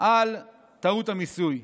על טעות המיסוי,